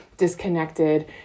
disconnected